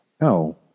No